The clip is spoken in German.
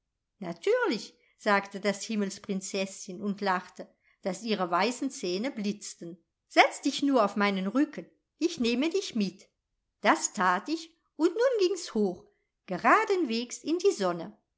natürlich sagte das himmelsprinzeßchen und lachte daß ihre weißen zähne blitzten setz dich nur auf meinen rücken ich nehme dich mit das tat ich und nun gings hoch geradenwegs in die sonne